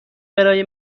برای